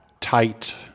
tight